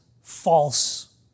false